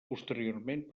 posteriorment